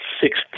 six